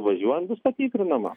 privažiuojant bus patikrinama